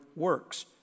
Works